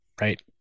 right